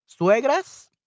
suegras